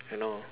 you know